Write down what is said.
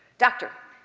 doctor,